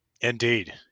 Indeed